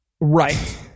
Right